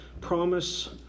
promise